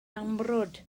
amrwd